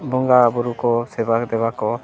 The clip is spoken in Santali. ᱵᱚᱸᱜᱟ ᱵᱩᱨᱩ ᱠᱚ ᱥᱮᱵᱟ ᱫᱮᱵᱟ ᱠᱚ